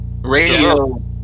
Radio